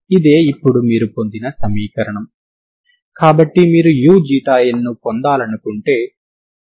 ఇది మాత్రమే గతిశక్తి అవుతుందా అని మీరు చూడాలనుకుంటున్నారు